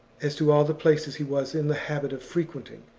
as to all the places he was in the habit of frequenting,